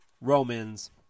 Romans